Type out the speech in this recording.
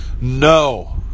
no